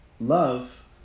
Love